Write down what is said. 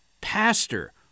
pastor